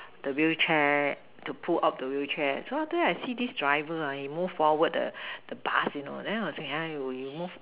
the wheelchair to pull up the wheelchair so after that I see this driver he move forward the the bus you know then I was like you move